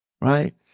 right